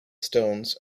stones